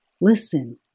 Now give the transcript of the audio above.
Listen